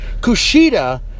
Kushida